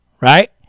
right